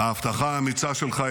ההבטחה האמיצה שלך,